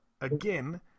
again